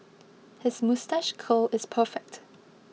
his moustache curl is perfect